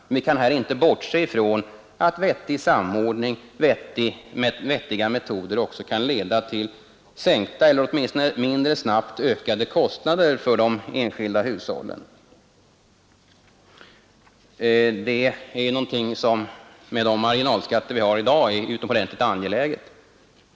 Men vi kan här inte bortse från att vettig samordning, vettiga metoder också kan leda till sänkta eller åtminstone mindre snabbt ökade kostnader för de enskilda hushållen. Det är någonting som med de marginalskatter vi har i dag är utomordentligt angeläget.